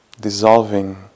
dissolving